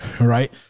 right